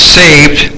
saved